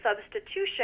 substitution